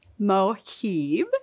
Mohib